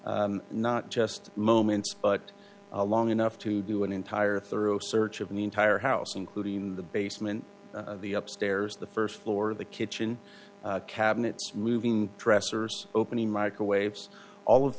lasted not just moments but long enough to do an entire thorough search of the entire house including the basement the up stairs the st floor the kitchen cabinets moving dressers opening microwaves all of